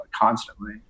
constantly